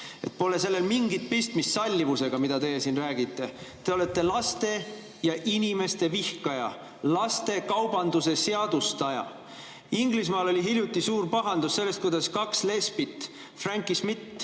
Pole sellel mingit pistmist sallivusega, mida teie siin räägite. Te olete laste ja inimeste vihkaja, lastekaubanduse seadustaja. Inglismaal oli hiljuti suur pahandus selle tõttu, et kaks lesbit, Frankie Smith